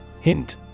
Hint